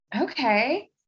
Okay